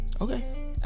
Okay